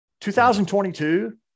2022